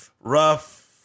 Rough